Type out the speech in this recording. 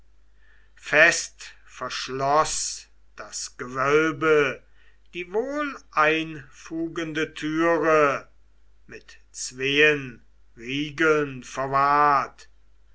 fest verschloß das gewölbe die wohleinfugende türe mit zween riegeln verwahrt